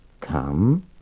Come